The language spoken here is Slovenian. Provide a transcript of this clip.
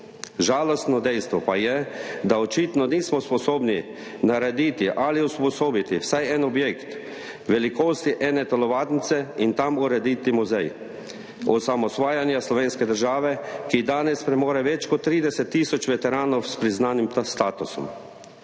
Žalostno dejstvo pa je, da očitno nismo sposobni narediti ali usposobiti vsaj enega objekta velikosti ene telovadnice in tam urediti muzeja osamosvajanja slovenske države, ki danes premore več kot 30 tisoč veteranov s priznanim statusom.